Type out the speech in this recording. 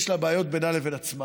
יש לה בעיות בינה לבין עצמה,